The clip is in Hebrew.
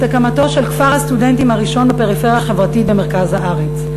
את הקמתו של כפר הסטודנטים הראשון בפריפריה החברתית במרכז הארץ.